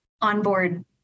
onboard